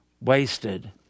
wasted